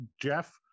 Jeff